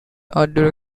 outdoor